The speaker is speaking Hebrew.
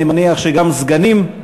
אני מניח שגם סגנים,